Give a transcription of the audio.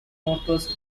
northwest